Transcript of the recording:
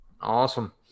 Awesome